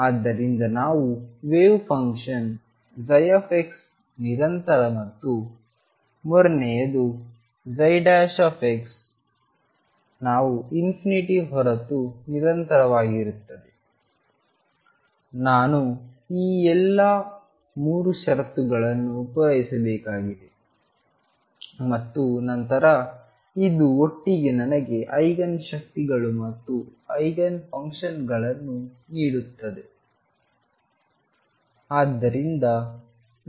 ಆದ್ದರಿಂದ ನಾವು wave function ψ ನಿರಂತರ ಮತ್ತು ಮೂರನೆಯದು ನಾವು ಹೊರತು ನಿರಂತರವಾಗಿರುತ್ತದೆ ನಾನು ಈ ಎಲ್ಲಾ 3 ಷರತ್ತುಗಳನ್ನು ಪೂರೈಸಬೇಕಾಗಿದೆ ಮತ್ತು ನಂತರ ಇದು ಒಟ್ಟಿಗೆ ನನಗೆ ಐಗನ್ ಶಕ್ತಿಗಳು ಮತ್ತು ಐಗನ್ ಫಂಕ್ಷನ್ ಗಳನ್ನು ನೀಡುತ್ತದೆ